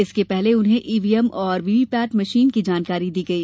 इसके पहले उन्हें ईवीएम और वीवीपेट मशीन की जानकारी दी गई